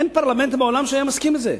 אין פרלמנט בעולם שהיה מסכים לזה.